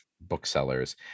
booksellers